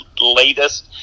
latest